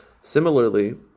Similarly